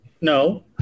No